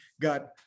got